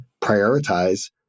prioritize